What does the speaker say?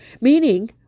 meaning